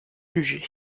jugé